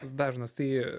dažnas tai